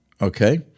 okay